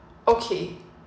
okay